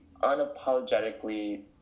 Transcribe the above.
unapologetically